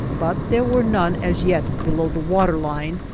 but there were none as yet below the water line,